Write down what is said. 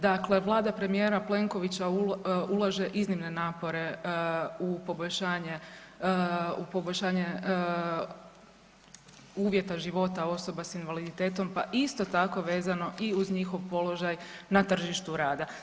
Dakle, vlada premijera Plenkovića ulaže iznimne napore u poboljšanje, u poboljšanje uvjeta života osoba s invaliditetom, pa isto tako vezano i uz njihov položaj na tržištu rada.